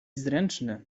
zręczny